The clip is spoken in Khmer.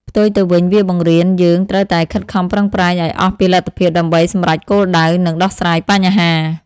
ផ្ទុយទៅវិញ វាបង្រៀន យើងត្រូវតែខិតខំប្រឹងប្រែងឱ្យអស់ពីលទ្ធភាពដើម្បីសម្រេចគោលដៅ និងដោះស្រាយបញ្ហា។